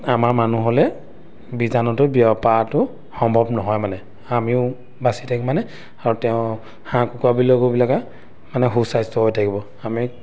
আমাৰ মানুহলৈ বীজাণুটো বিয়পাটো সম্ভৱ নহয় মানে আমিও বাচি থাকিম মানে আৰু তেওঁ হাঁহ কুকুৰাবিলাকোবিলাক মানে সুস্বাস্থ্য হৈ থাকিব আমি